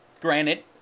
Granted